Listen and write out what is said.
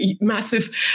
massive